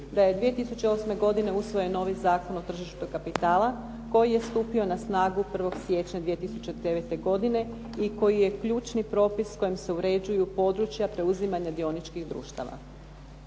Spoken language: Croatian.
da je 2008. godine usvojen novi Zakon o tržištu kapitala koji je stupio na snagu 1. siječnja 2009. godine i koji je ključni propis kojim se uređuju područja preuzimanja dioničkih društava.